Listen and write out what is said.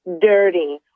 dirty